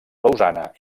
lausana